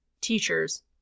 teachers